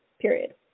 period